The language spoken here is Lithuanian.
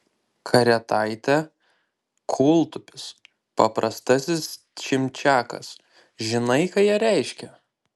karetaitė kūltupis paprastasis čimčiakas žinai ką jie reiškia